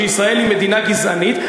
שישראל היא מדינה גזענית,